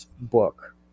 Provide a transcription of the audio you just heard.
book